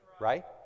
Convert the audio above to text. right